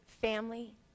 family